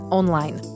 online